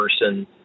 person